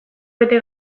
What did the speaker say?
bete